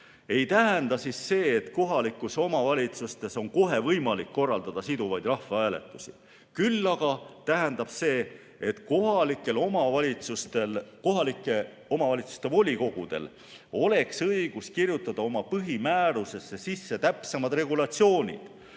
ei tähenda see, et kohalikes omavalitsustes on kohe võimalik korraldada siduvaid rahvahääletusi. Küll aga tähendab see, et kohalikel omavalitsustel, kohalike omavalitsuste volikogudel, oleks õigus kirjutada oma põhimäärusesse sisse täpsemad regulatsioonid,